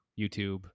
youtube